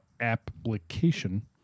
application